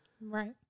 right